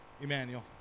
Emmanuel